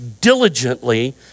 diligently